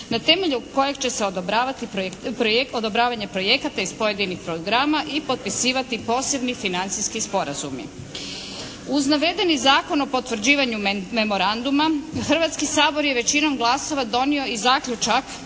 odobravati projekt, odobravanje projekata iz pojedinih programa i potpisivati posebni financijski sporazumi. Uz navedeni Zakon o potvrđivanju memoranduma Hrvatski sabor je većinom glasova donio i zaključak